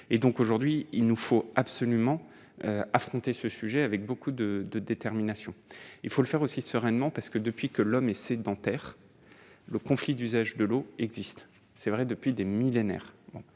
aujourd'hui il nous faut absolument affronter ce sujet avec beaucoup de de détermination, il faut le faire aussi sereinement parce que depuis que l'homme est sédentaire, le conflit d'usage de l'eau existe c'est vrai depuis des millénaires,